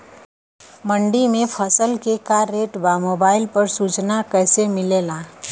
मंडी में फसल के का रेट बा मोबाइल पर रोज सूचना कैसे मिलेला?